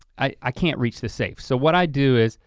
i can't reach the safe so what i do is,